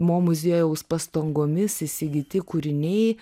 mo muziejaus pastangomis įsigyti kūriniai